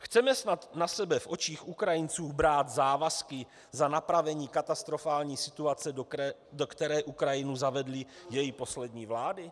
Chceme snad na sebe v očích Ukrajinců brát závazky za napravení katastrofální situace, do které Ukrajinu zavedly její poslední vlády?